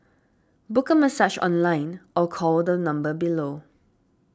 book a massage online or call the number below